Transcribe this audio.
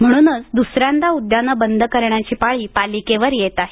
म्हणूनच दुसऱ्यांदा उद्यानं बंद करण्याची पाळी पालिकेवर येते आहे